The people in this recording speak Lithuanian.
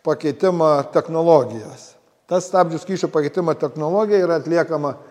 pakeitimo technologijas ta stabdžių skysčio pakeitimo technologija yra atliekama